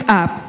up